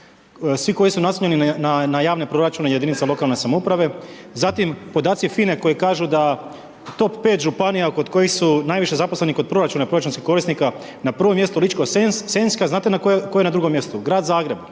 svi koji su namijenjeni na javne proračune i jedinice lokalne samouprave, zatim, podaci FINA-e koji kažu da top 5 županija kod kojih su najviše zaposleni, kod proračuna, proračunskih korisnika, na prvom mjestu Ličko senjska, znate tko je na 2 mjestu? Grad Zagreb,